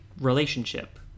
relationship